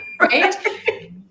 Right